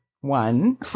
one